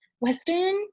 Western